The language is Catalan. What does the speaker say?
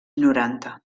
noranta